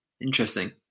Interesting